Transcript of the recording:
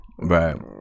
Right